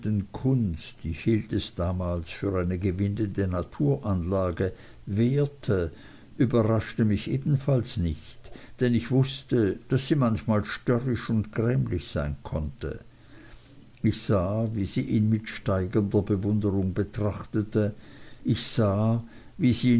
kunst ich hielt es damals für eine gewinnende naturanlage wehrte überraschte mich ebenfalls nicht denn ich wußte daß sie manchmal störrisch und grämlich sein konnte ich sah wie sie ihn mit steigernder bewunderung betrachtete ich sah wie sie